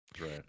Right